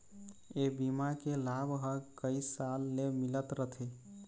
ए बीमा के लाभ ह कइ साल ले मिलत रथे